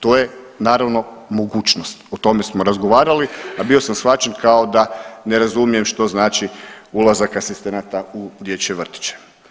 To je naravno mogućnost, o tome smo razgovarali, a bio sam shvaćen kao da ne razumijem što znači ulazak asistenata u dječje vrtiće.